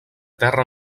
terra